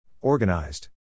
Organized